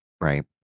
right